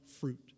fruit